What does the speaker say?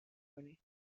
کنید